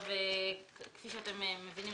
כפי שאתם מבינים,